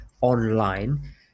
online